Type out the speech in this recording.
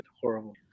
horrible